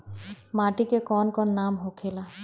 माटी के कौन कौन नाम होखे ला?